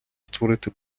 створити